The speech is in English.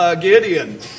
Gideon